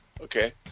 okay